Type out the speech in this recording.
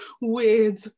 weird